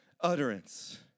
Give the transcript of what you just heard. utterance